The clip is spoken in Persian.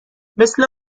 مثل